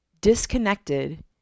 Disconnected